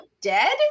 dead